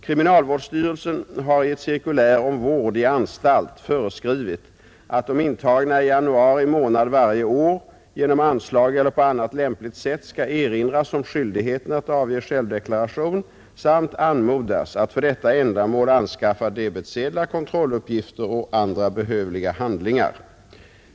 Kriminalvårdsstyrelsen har i ett cirkulär om vård i anstalt föreskrivit att de intagna i januari månad varje år genom anslag eller på annat lämpligt sätt skall erinras om skyldigheten att avge självdeklaration samt anmodas att för detta ändamål anskaffa debetsedlar, kontrolluppgifter och andra behövliga handlingar.